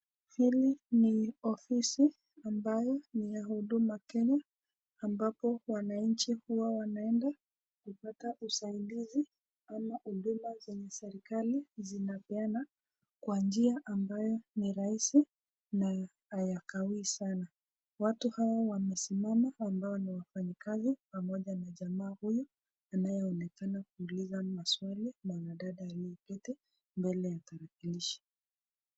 Hili ni ofisi ambayo ni ya huduma ambapo wananchi huwa wanaenda kupata usaidizi ama huduma za serekali zinapeana kwa njia ambayo ni rahisi na hayakawii sana. Watu hawa wamesimama ambao ni wafanyakazi pamoja na jamaa huyu anayeonekana kuuliza maswali mwanadada aliyeketi mbele ya tarakilishi.